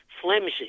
flimsy